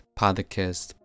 podcast